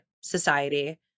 society